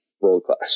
world-class